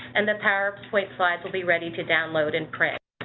and the powerpoint slides will be ready to download and print.